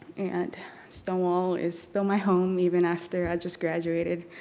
and stonewall is still my home even after i just graduated.